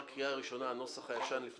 הכנה לקריאה שנייה ושלישית.